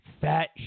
fat